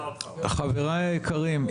חבריי היקרים,